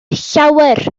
llawer